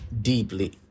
deeply